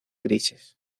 grises